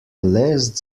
lässt